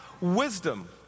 wisdom